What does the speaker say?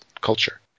culture